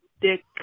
dick